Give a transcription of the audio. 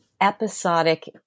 episodic